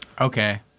Okay